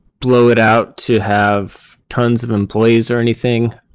blow it out to have tons of employees or anything,